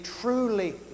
truly